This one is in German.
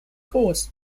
groß